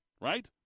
right